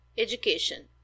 education